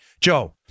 Joe